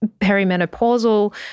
perimenopausal